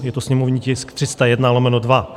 Je to sněmovní tisk 301/2.